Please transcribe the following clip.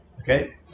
Okay